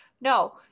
No